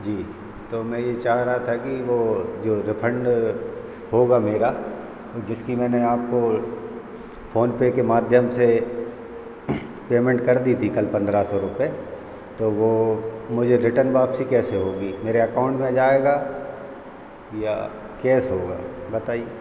जी तो मैं ये चाह रहा था कि वो जो रिफंड होगा मेरा जिसकी मैंने आपको फ़ोनपे के माध्यम से पेमेंट कर दी थी कल पन्द्रह सौ रुपये तो वो मुझे रिटन वापसी कैसे होगी मेरे अकाउंट में जाएगा या कैस होगा बताइए